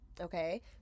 okay